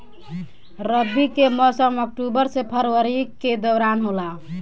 रबी के मौसम अक्टूबर से फरवरी के दौरान होला